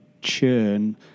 churn